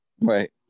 Right